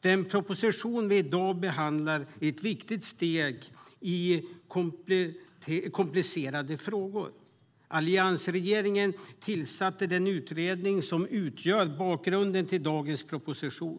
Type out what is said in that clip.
Den proposition vi i dag behandlar är ett viktigt steg i komplicerade frågor. Alliansregeringen tillsatte den utredning som utgör bakgrunden till dagens proposition.